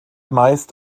meist